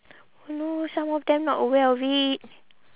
oh no some of them not aware of it